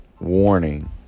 warning